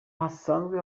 hasanzwe